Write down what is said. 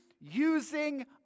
using